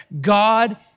God